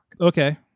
Okay